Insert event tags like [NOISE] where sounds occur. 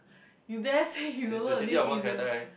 you dare say [BREATH] you don't know the name if the